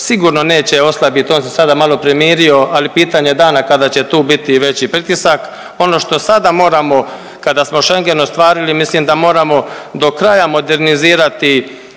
sigurno neće oslabiti on se sada malo primirio, ali pitanje je dana kada će tu biti i veći pritisak. Ono što sada moramo kada smo Schengen ostvarili, mislim da moramo do kraja modernizirati